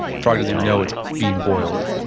frog doesn't even know it's being boiled,